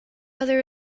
other